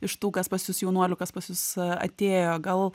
iš tų kas pas jus jaunuolių kas pas jus atėjo gal